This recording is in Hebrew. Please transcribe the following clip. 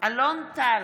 אלון טל,